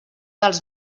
dels